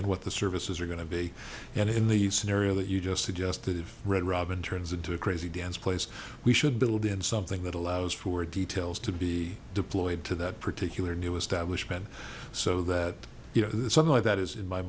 and what the services are going to be and in the scenario that you just suggested of red robin turns into a crazy dance place we should build in something that allows for details to be deployed to that particular new establishment so that you know that some of that is in my